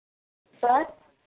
sir